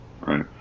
Right